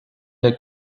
der